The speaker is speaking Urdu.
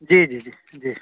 جی جی جی جی